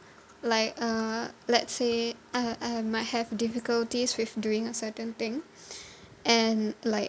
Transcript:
like uh let's say uh I might have difficulties with doing a certain thing and like